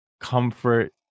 comfort